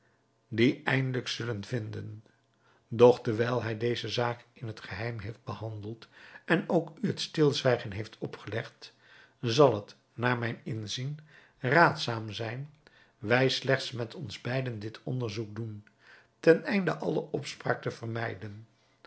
die eindelijk zullen vinden doch dewijl hij deze zaak in het geheim heeft behandeld en ook u het stilzwijgen heeft opgelegd zal het naar mijn inzien raadzaam zijn wij slechts met ons beiden dit onderzoek doen ten einde alle opspraak te vermijden